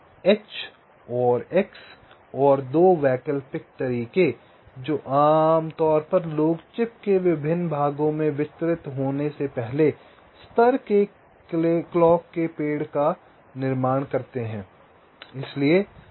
तो यह H और X और 2 वैकल्पिक तरीके जो आमतौर पर लोग चिप के विभिन्न भागों में वितरित होने से पहले पहले स्तर के क्लॉक के पेड़ का निर्माण करते हैं